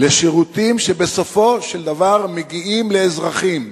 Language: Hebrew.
לשירותים שבסופו של דבר מגיעים לאזרחים